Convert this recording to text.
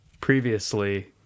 previously